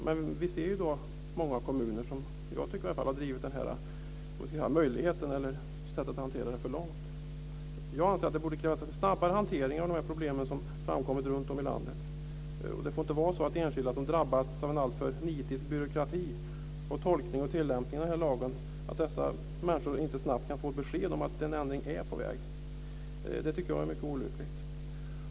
Men jag ser att många kommuner har drivit detta för långt. Jag anser att det kunde krävas en snabbare hantering av de problem som framkommit runtom i landet. Det får inte bli så att de enskilda drabbas av en alltför nitisk byråkrati, tolkning och tillämpning av lagen så att människor inte snabbt kan få besked om att en ändring är på väg. Det tycker jag vore mycket olyckligt.